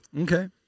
Okay